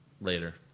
Later